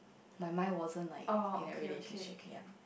my mind wasn't like in a relationship yup